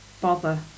Bother